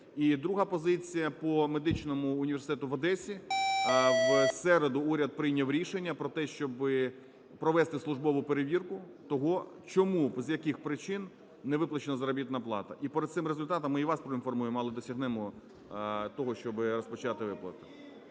друга позиція: по медичному університету в Одесі. В середу уряд прийняв рішення про те, щоби провести службову перевірку того, чому, з яких причин не виплачена заробітна плата. І по цим результатам ми і вас проінформуємо, але досягнемо того, щоб розпочати виплати.